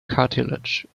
cartilage